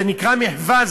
זה נקרא מחווה,